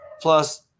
plus